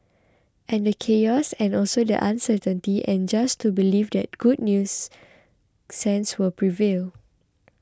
and the chaos and also the uncertainty and just to believe that good news sense will prevail